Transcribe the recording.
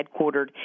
headquartered